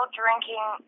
drinking